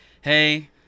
hey